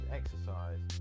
exercise